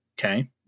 Okay